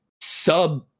sub